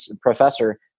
professor